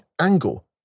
angle